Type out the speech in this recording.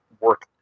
work